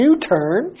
U-turn